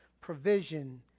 provision